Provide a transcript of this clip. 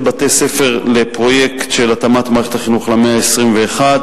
בתי-ספר לפרויקט של התאמת מערכת החינוך למאה ה-21,